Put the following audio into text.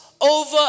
Over